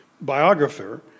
biographer